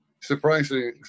surprisingly